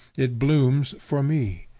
it blooms for me?